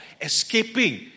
escaping